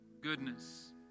goodness